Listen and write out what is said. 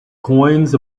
coins